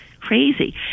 crazy